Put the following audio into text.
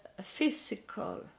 physical